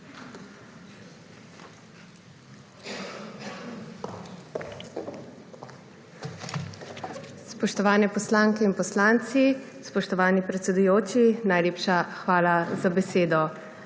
Spoštovani poslanke in poslanci, spoštovani predsedujoči, najlepša hvala za besedo!